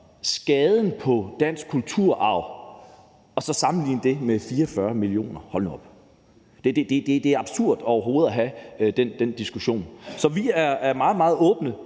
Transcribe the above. skader på dansk kulturarv med 44 mio. kr. – hold nu op. Det er absurd overhovedet at have den diskussion. Så vi er meget, meget åbne